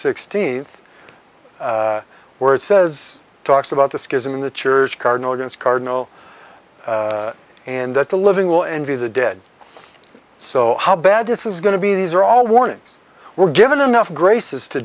sixteenth where it says talks about the schism in the church cardinal egan's cardinal and that the living will envy the dead so how bad this is going to be these are all warnings were given enough graces to